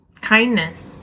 Kindness